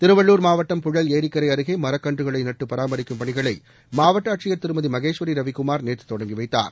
திருவள்ளுர் மாவட்டம் பழல் ஏரிக்கரை அருகே மரக்கன்றுகளை நட்டு பராமரிக்கும் பணிகளை மாவட்ட ஆட்சியர் திருமதி மகேஸ்வரி ரவிகுமார் நேற்று தொடங்கி வைத்தார்